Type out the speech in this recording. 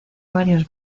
varios